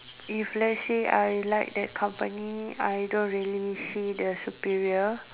if let's say I would like the company I don't really see the superior